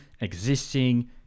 existing